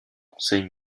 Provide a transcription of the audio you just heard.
conseil